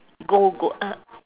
go go uh